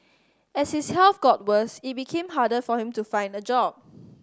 as his health got worse it became harder for him to find a job